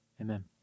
Amen